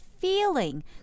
feeling